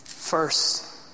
First